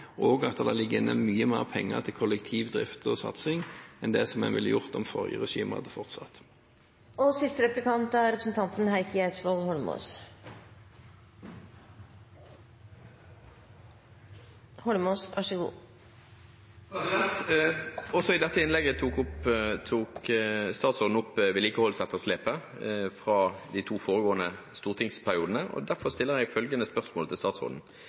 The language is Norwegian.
og at det ligger inne mye mer penger til kollektivdrift og -satsing enn det ville gjort om det forrige regimet hadde fortsatt. Også i dette innlegget tok statsråden opp vedlikeholdsetterslepet fra de to foregående stortingsperiodene, og derfor stiller jeg følgende spørsmål til statsråden: